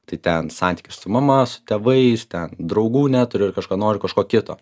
tai ten santykis su mama su tėvais ten draugų neturiu ar kažko noriu kažko kito